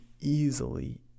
easily